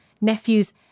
nephews